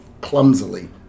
clumsily